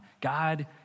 God